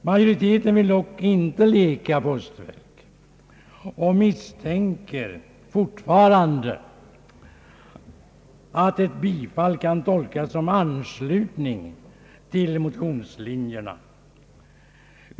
Majoriteten vill dock inte leka postverk och misstänker fortfarande att ett bifall kan tolkas som anslutning till motionslinjerna.